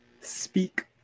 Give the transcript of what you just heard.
Speak